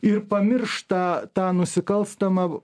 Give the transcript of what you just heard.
ir pamiršta tą nusikalstamą